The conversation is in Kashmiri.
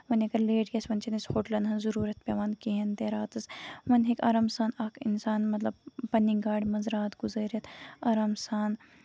یعنے کہِ ییٚلہِ اَسہِ لیٹ گژھِ وۄنۍ چھےٚ نہٕ اَسہِ ہوٹلَن ہٕنز ضروٗرتھ پیوان کِہینۍ تہِ راتَس وۄنۍ ہٮ۪کہِ آرام سان اکھ اِنسان مطلب پَنٕنہِ گاڑِ منٛز رات گُزٲرِتھ آرام سان